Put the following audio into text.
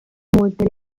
molte